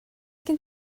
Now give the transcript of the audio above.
gen